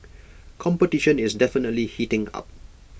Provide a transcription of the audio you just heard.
competition is definitely heating up